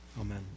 amen